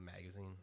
magazine